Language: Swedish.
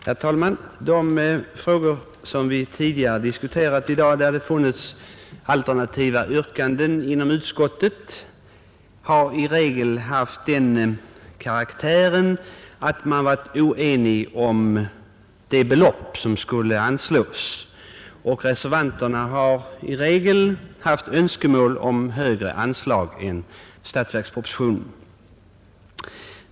Herr talman! De frågor som vi tidigare diskuterat i dag och där det funnits alternativa yrkanden inom utskottet har i regel haft den karaktären att man varit oenig om de belopp som skulle anslås. Reservanterna har oftast haft önskemål om högre anslag än som upptagits i statsverkspropositionen.